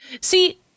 See